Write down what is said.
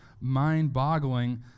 mind-boggling